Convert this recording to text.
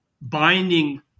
binding